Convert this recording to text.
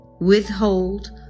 withhold